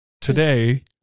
today